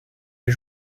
est